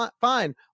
fine